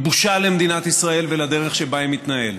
בושה למדינת ישראל ולדרך שבה היא מתנהלת.